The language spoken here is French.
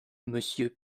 monsieur